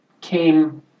came